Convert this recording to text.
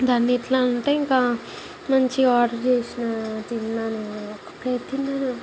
ఇంకా అన్నిట్లో అంటే ఇంకా మంచిగా ఆర్డర్ చేసిన తిన్నాను ఒక ప్లేట్ తిన్నాను